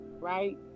right